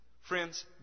Friends